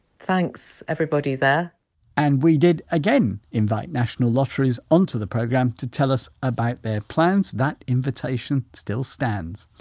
thanks everybody there and we did again invite national lotteries on to the programme to tell us about their plans. that invitation still stands